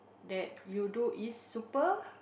that you do is super